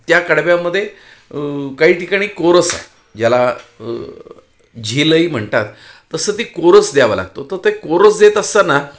त्या कडव्यामध्ये काही ठिकाणी कोरस आहे ज्याला झील ही म्हणतात तसं ती कोरस द्यावा लागतो तर ते कोरस देत असताना